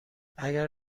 اگر